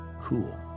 cool